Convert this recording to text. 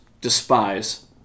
despise